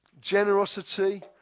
generosity